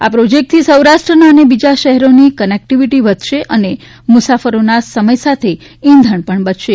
આ પ્રોજેક્ટથી સૌરાષ્ટ્રના અને બીજા શહેરોની કનેક્ટીવીટી વધશે અને મુસાફરોના સમય સાથે ઇંધણ પણ બચશે